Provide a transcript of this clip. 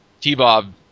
T-Bob